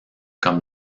comme